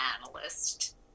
analyst